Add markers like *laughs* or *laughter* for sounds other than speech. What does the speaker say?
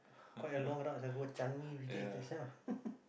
quite a long route ah go Changi Village that side ah *laughs*